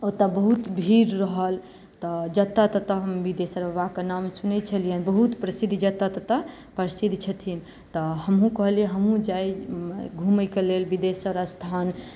ओतऽ बहुत भीड़ रहल तऽ जतऽ ततऽ हम बिदेश्वर बाबाके नाम सुनने छलियनि बहुत प्रसिद्ध जतऽ ततऽ प्रसिद्ध छथिन तऽ हमहूँ कहलियै हमहूँ जाय घुमै के लेल बिदेश्वर स्थान